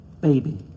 baby